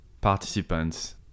participants